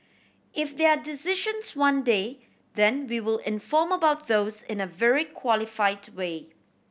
if there are decisions one day then we will inform about those in a very qualified way